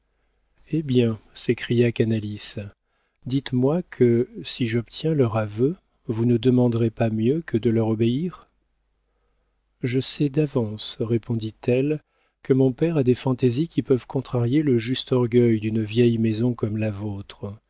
eh bien s'écria canalis dites-moi que si j'obtiens leur aveu vous ne demanderez pas mieux que de leur obéir je sais d'avance répondit-elle que mon père a des fantaisies qui peuvent contrarier le juste orgueil d'une vieille maison comme la vôtre